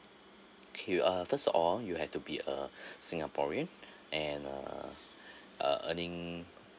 okay uh first of all you have to be a singaporean and uh uh earning